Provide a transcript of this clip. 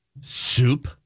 soup